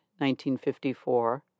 1954